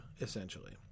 essentially